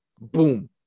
Boom